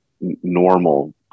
normal